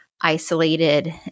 isolated